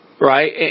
right